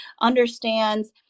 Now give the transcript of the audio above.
understands